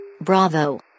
Bravo